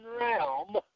realm